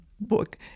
book